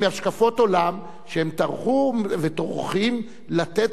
עם השקפות עולם שהם טרחו וטורחים לתת